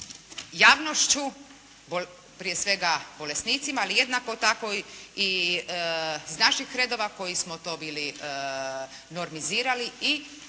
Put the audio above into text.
javnošću, prije svega bolesnicima, ali jednako tako i iz naših redova koji smo to bili normizirali i